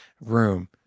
room